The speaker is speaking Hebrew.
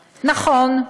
נכון,